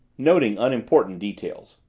noting unimportant details.